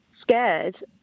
scared